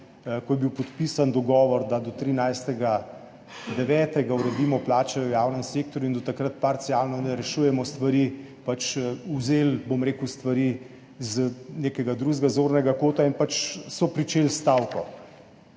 ko je bil podpisan dogovor, da do 13. 9. uredimo plače v javnem sektorju in do takrat parcialno ne rešujemo stvari, pač vzeli, bom rekel, stvari z nekega drugega zornega kota in so pričeli stavko.